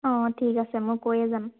অঁ ঠিক আছে মই কৈয়ে যাম